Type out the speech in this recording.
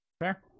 Fair